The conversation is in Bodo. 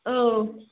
औ